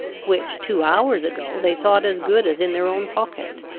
which, two hours ago, they thought as good as in their own pocket.